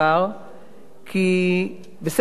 כי בספר לא נוגעים,